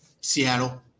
Seattle